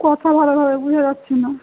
কথা ভালোভাবে বোঝা যাচ্ছে না